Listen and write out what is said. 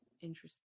interesting